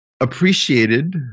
appreciated